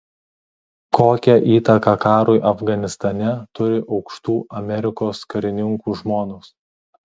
kokią įtaką karui afganistane turi aukštų amerikos karininkų žmonos